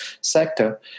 sector